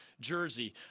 jersey